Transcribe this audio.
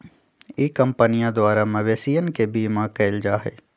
ई कंपनीया द्वारा मवेशियन के बीमा कइल जाहई